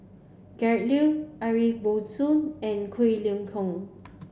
Liu Ariff Bongso and Quek Ling Kiong